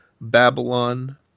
Babylon